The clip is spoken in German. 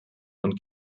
und